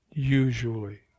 Usually